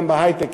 גם בהיי-טק,